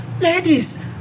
ladies